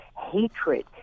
hatred